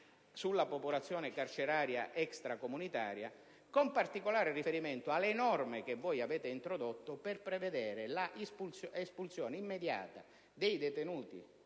sulla popolazione carceraria extracomunitaria, con particolare riferimento alle norme che voi avete introdotto per prevedere l'espulsione immediata dei detenuti